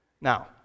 Now